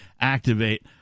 activate